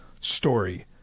story